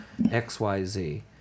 XYZ